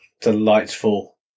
delightful